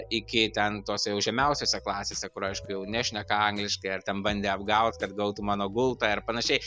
iki ten tos jau žemiausiose klasėse kur aišku jau nešneka angliškai ir ten bandė apgaut kad gautų mano gultą ir panašiai